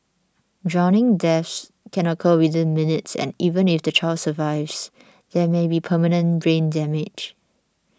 drowning death can occur within minutes and even if the child survives there may be permanent brain damage